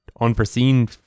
Unforeseen